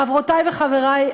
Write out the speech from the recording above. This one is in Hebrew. חברותי וחברי,